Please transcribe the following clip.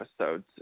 episodes